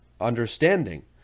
understanding